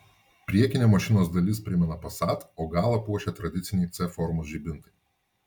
priekinė mašinos dalis primena passat o galą puošia tradiciniai c formos žibintai